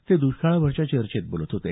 ते दुष्काळावरच्या चर्चेत बोलत होते